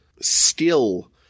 skill